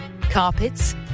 carpets